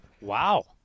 Wow